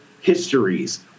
histories